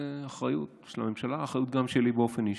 והאחריות היא של הממשלה והאחריות גם שלי באופן אישי.